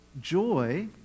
joy